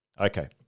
Okay